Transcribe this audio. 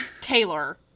Taylor